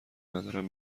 ندارم